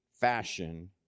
fashion